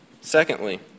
Secondly